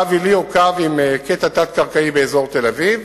קו עילי או קו עם קטע תת-קרקעי באזור תל-אביב.